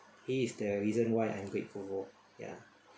he is the reason why I'm grateful for ya